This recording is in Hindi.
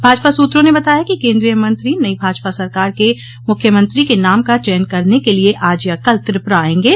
भाजपा सूत्रों ने बताया कि केंद्रीय मंत्री नई भाजपा सरकार के मुख्यमंत्री के नाम का चयन करने के लिए आज या कल त्रिपुरा आयेंगे